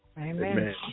Amen